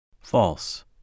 False